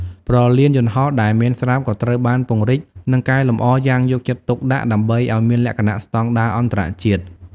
ព្រលានយន្តហោះដែលមានស្រាប់ក៏ត្រូវបានពង្រីកនិងកែលម្អយ៉ាងយកចិត្តទុកដាក់ដើម្បីឲ្យមានលក្ខណៈស្តង់ដារអន្តរជាតិ។